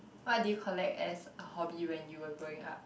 what did you collect as a hobby when you were growing up